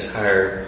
higher